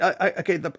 okay